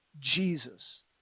Jesus